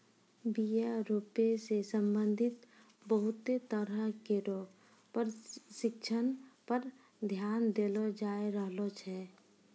बीया रोपै सें संबंधित बहुते तरह केरो परशिक्षण पर ध्यान देलो जाय रहलो छै